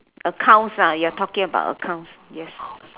accounts are you are talking about the accounts yes